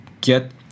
get